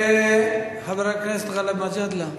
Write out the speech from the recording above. חבר הכנסת מג'אדלה,